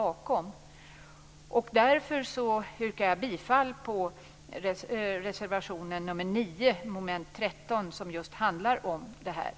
Jag yrkar bifall till reservation 9 mom. 13 som handlar om just detta.